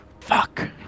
Fuck